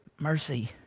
mercy